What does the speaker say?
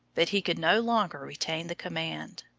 but he could no longer retain the command.